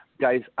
Guys